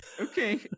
Okay